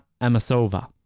Amasova